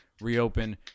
reopen